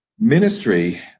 Ministry